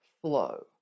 flow